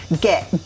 get